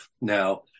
Now